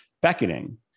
beckoning